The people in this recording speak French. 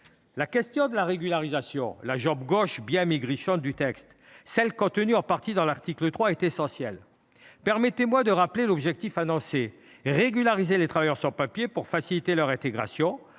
La question de la régularisation – la jambe gauche bien maigrichonne du texte –, abordée en partie dans l’article 3, est essentielle. Permettez moi de rappeler l’objectif annoncé : régulariser les travailleurs sans papiers pour faciliter leur intégration,